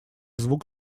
звук